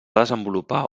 desenvolupar